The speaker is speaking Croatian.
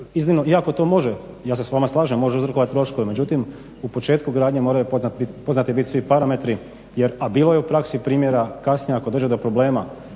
iako to može ja se s vama slažem, može uzrokovati troškove. Međutim u početku gradnje moraju poznati biti svi parametri, a bilo je u praksi primjera kasnije ako dođe do problema